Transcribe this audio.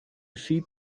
seat